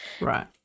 Right